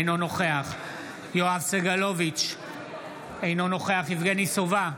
אינו נוכח יואב סגלוביץ' אינו נוכח יבגני סובה,